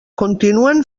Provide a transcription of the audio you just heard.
continuen